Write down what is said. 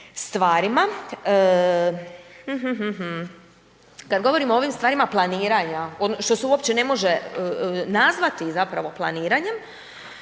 stvarima, kad govorimo o ovim stvarima planiranja što se uopće ne može nazvati zapravo planiranjem